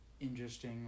interesting